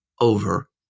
over